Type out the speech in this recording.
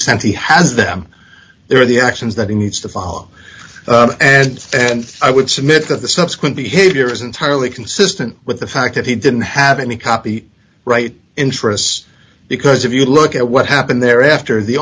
extent he has them there are the actions that he needs to follow and i would submit that the subsequent behavior is entirely consistent with the fact that he didn't have any copy right interest because if you look at what happened thereafter the